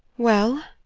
well,